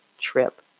trip